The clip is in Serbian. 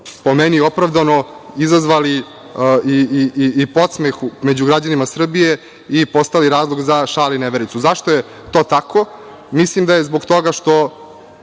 po meni, opravdano izazvali i podsmeh među građanima Srbije i postali razlog za šale i nevericu.Zašto je to tako? Mislim da je zbog toga što